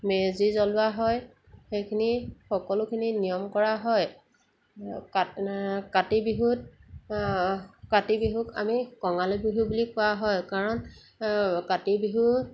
মেজি জ্বলোৱা হয় সেইখিনি সকলোখিনি নিয়ম কৰা হয় কাতি বিহুত কাতি বিহুক আমি কঙালী বিহু বুলি কোৱা হয় কাৰণ কাতি বিহু